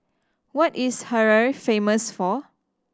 what is Harare famous for